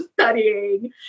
studying